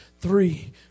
three